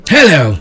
Hello